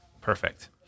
Perfect